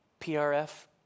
PRF